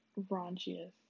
raunchiest